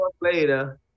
later